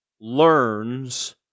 learns